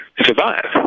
Survive